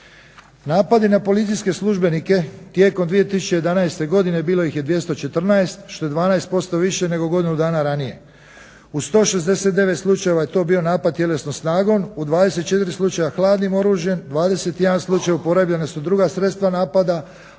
Napadi na policijske službenike tijekom 2011. godine bilo ih je 214 što je 12% više nego godinu dana ranije. U 169 slučajeva je to bio napad tjelesnom snagom, u 24 slučaja hladnim oružjem, 21 slučaj uporabljena su druga sredstva napada,